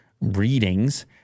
readings